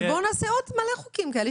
אבל בואו נעשה עוד מלא חוקים כאלה.